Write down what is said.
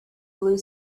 blue